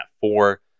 four